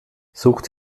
sucht